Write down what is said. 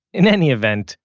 in any event,